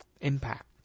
impact